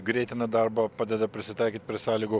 greitina darbą padeda prisitaikyt prie sąlygų